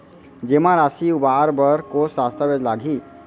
जेमा राशि उबार बर कोस दस्तावेज़ लागही?